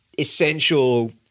essential